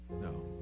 No